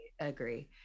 agree